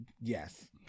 Yes